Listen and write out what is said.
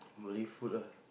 Malay food ah